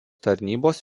tarnybos